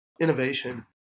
innovation